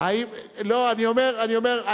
אני אומר,